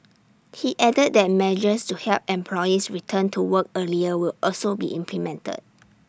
he added that measures to help employees return to work earlier will also be implemented